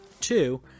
Two